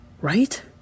Right